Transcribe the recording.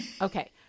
Okay